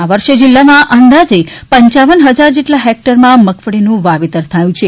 આ વર્ષે જિલ્લામાં અંદાજે પંચાવન હજાર જેટલા હેક્ટરમાં મગફળીનું વાવેતર થયું છે